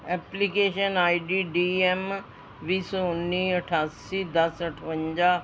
application I D D M ਵੀਹ ਸੌ ਉੱਨੀ ਅਠਾਸੀ ਦਸ ਅਠਵੰਜਾ